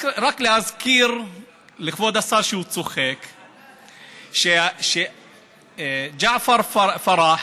רק להזכיר לכבוד השר, שצוחק, שג'עפר פרח